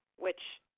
which,